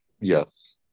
Yes